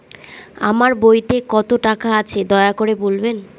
আমার বইতে কত টাকা আছে দয়া করে বলবেন?